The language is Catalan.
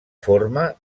forma